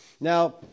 Now